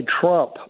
Trump